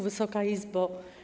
Wysoka Izbo!